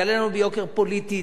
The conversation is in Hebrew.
יעלה לנו ביוקר פוליטית,